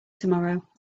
tomorrow